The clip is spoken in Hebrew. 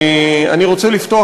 אני רוצה לפתוח,